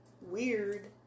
Weird